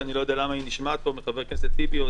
שאני לא יודע למה היא נשמעת פה מחבר הכנסת טיבי.